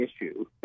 issue